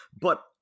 But-